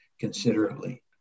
considerably